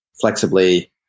flexibly